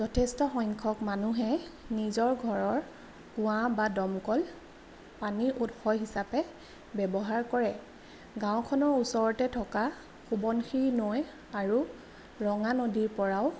যথেষ্ট সংখ্যক মানুহে নিজৰ ঘৰৰ কুঁৱা বা দমকল পানীৰ উৎস হিচাপে ব্যৱহাৰ কৰে গাঁওখনৰ ওচৰতে থকা সোৱণশিৰি নৈ আৰু ৰঙা নদীৰ পৰাও